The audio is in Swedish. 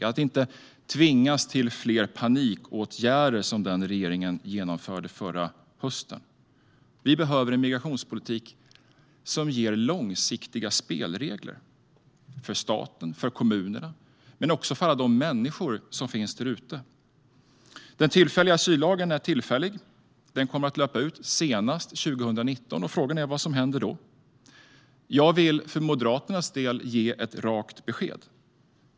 Vi ska inte tvingas till fler panikåtgärder som den regeringen genomförde förra hösten. Vi behöver en migrationspolitik som ger långsiktiga spelregler inte bara för staten och kommunerna utan också för alla de människor som finns där ute. Den tillfälliga asyllagen är just tillfällig. Den kommer att löpa ut senast 2019, och frågan är vad som händer då. Jag vill för Moderaternas del ge ett rakt besked.